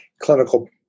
clinical